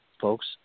folks